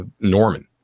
Norman